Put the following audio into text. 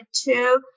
two